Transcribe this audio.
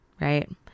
right